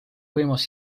võimalus